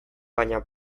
baina